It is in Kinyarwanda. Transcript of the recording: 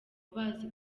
bazi